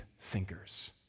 thinkers